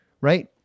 Right